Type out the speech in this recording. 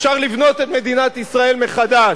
אפשר לבנות את מדינת ישראל מחדש.